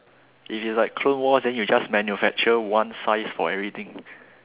it is like clone war then you just manufacture one size for everything